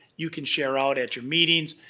you can share out at your meetings.